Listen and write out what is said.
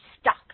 stuck